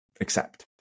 accept